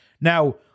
Now